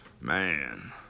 man